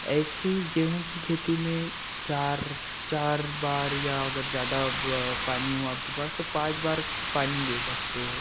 ऐसे ही गेहूँ की खेती में चार चार बार या अगर ज़्यादा ब पानी हो आपके पास तो पाँच बार पानी दे सकते हैं